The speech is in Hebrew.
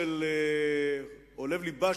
מיליון שקל.